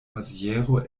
maziero